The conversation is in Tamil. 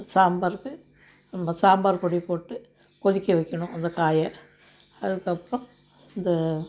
சாம்பாருக்கு நம்ம சாம்பார் பொடியை போட்டு கொதிக்க வைக்கிணும் அந்த காயை அதுக்கப்பறம் இந்த